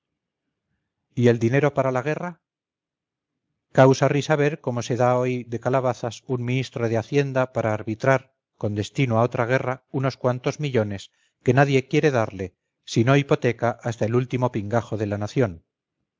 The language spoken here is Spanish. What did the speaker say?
y el dinero para la guerra causa risa ver cómo se da hoy de calabazadas un ministro de hacienda para arbitrar con destino a otra guerra unos cuantos millones que nadie quiere darle si no hipoteca hasta el último pingajo de la nación